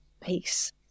peace